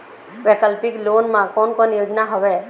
वैकल्पिक लोन मा कोन कोन योजना हवए?